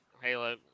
Halo